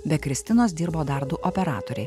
be kristinos dirbo dar du operatoriai